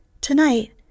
Tonight